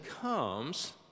comes